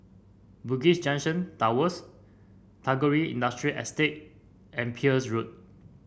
Bugis Junction Towers Tagore Industrial Estate and Peirce Road